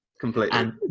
Completely